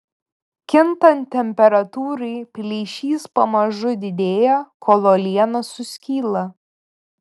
kintant temperatūrai plyšys pamažu didėja kol uoliena suskyla